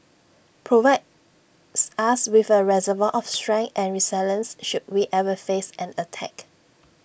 provides us with A reservoir of strength and resilience should we ever face an attack